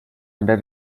under